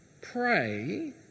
Pray